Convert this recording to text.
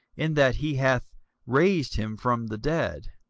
in that he hath raised him from the dead.